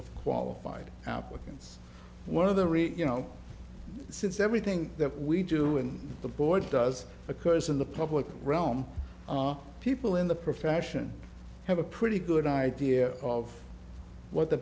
of qualified applicants one of the really you know since everything that we do in the board does occurs in the public realm people in the profession have a pretty good idea of what the